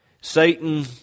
Satan